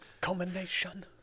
Culmination